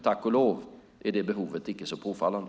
Tack och lov är det behovet icke så påfallande.